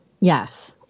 Yes